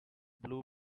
blue